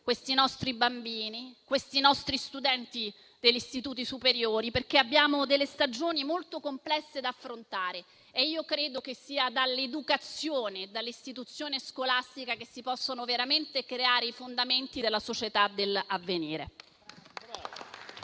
i nostri bambini, i nostri studenti degli istituti superiori, perché abbiamo delle stagioni molto complesse da affrontare e io credo che sia dall'educazione, dall'istituzione scolastica che si possono veramente creare i fondamenti della società dell'avvenire.